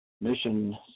mission